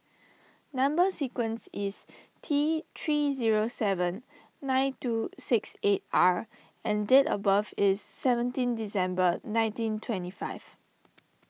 Number Sequence is T three zero seven nine two six eight R and date of birth is seventeen December nineteen twenty five